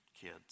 kids